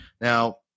Now